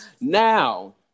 Now